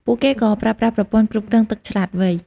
ពួកគេក៏ប្រើប្រាស់ប្រព័ន្ធគ្រប់គ្រងទឹកឆ្លាតវៃ។